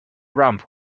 ramp